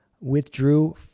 withdrew